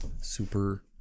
super